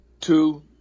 two